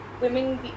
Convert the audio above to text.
women